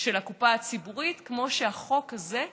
של הקופה הציבורית כמו שהחוק הזה יעשה.